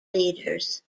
leaders